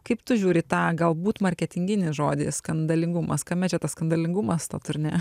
kaip tu žiūri į tą galbūt marketinginį žodį skandalingumas kame čia tas skandalingumas to turnė